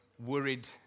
worried